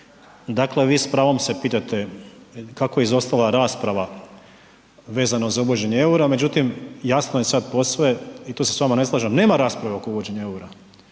dakle vi s pravom se pitate kako je izostala rasprava vezano za uvođenje EUR-a međutim jasno je sad posve i tu se s vama ne slažem, nema rasprave oko uvođenja